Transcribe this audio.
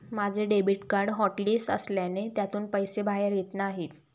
माझे debit card hotlist असल्याने त्यातून पैसे बाहेर येत नाही